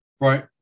Right